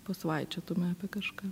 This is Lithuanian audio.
pasvaičiotume apie kažką